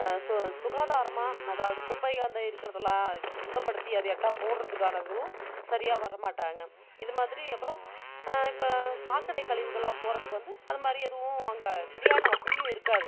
சு சுகாதாரமாக அதாவது குப்பையா அந்த இருக்கிறதெல்லாம் சுத்தப்படுத்தி அதை எட்டா போடுகிறதுக்கானதும் சரியாக வர மாட்டாங்க இது மாதிரி அப்புறம் இப்போ சாக்கடைக் கழிவுகளெலாம் போவதுக்கு வந்து அது மாதிரி எதுவும் அங்கே சரியான வசதியும் இருக்காது